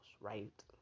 right